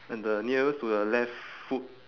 and the nearest to the left foot